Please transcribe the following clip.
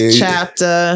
chapter